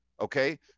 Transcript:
Okay